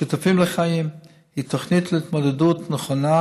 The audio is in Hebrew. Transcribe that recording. שותפים לחיים היא תוכנית להתמודדות נכונה